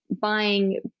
buying